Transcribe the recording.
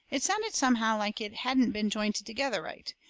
it sounded somehow like it hadn't been jointed together right.